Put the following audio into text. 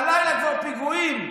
הלילה כבר פיגועים.